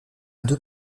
deux